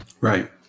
right